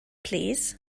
plîs